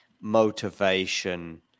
motivation